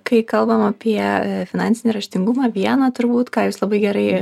kai kalbam apie finansinį raštingumą vieną turbūt ką jūs labai gerai